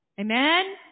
Amen